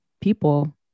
people